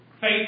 faith